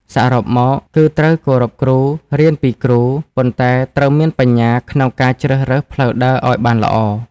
សរុបមក គឺត្រូវគោរពគ្រូ រៀនពីគ្រូ ប៉ុន្តែត្រូវមានបញ្ញាក្នុងការជ្រើសរើសផ្លូវដើរឱ្យបានល្អ។